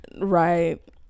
right